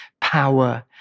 power